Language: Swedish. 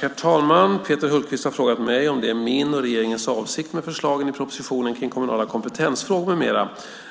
Herr talman! Peter Hultqvist har frågat mig om det är min och regeringens avsikt med förslagen i propositionen Kommunala kompetensfrågor m.m.